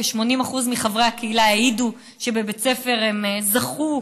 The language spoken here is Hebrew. כ-80% מחברי הקהילה העידו שבבית ספר הם "זכו"